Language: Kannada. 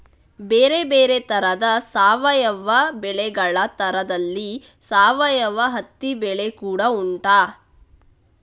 ಬೇರೆ ಬೇರೆ ತರದ ಸಾವಯವ ಬೆಳೆಗಳ ತರದಲ್ಲಿ ಸಾವಯವ ಹತ್ತಿ ಬೆಳೆ ಕೂಡಾ ಉಂಟು